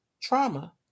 trauma